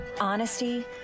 honesty